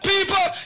People